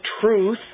truth